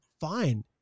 fine